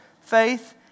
faith